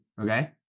okay